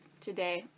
today